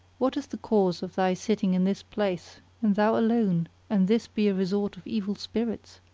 what is the cause of thy sitting in this place and thou alone and this be a resort of evil spirits?